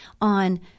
on